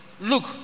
Look